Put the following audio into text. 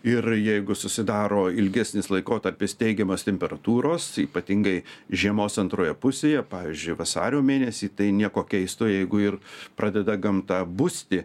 ir jeigu susidaro ilgesnis laikotarpis teigiamos temperatūros ypatingai žiemos antroje pusėje pavyzdžiui vasario mėnesį tai nieko keisto jeigu ir pradeda gamta busti